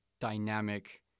dynamic